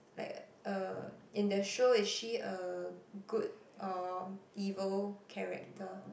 like uh in the show is she a good or evil character